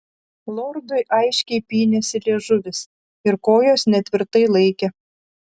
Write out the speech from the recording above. lordui aiškiai pynėsi liežuvis ir kojos netvirtai laikė